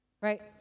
right